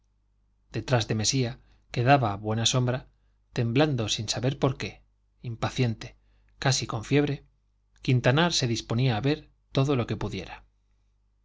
detrás de mesía que daba buena sombra temblando sin saber por qué impaciente casi con fiebre quintanar se disponía a ver todo lo que pudiera